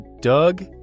Doug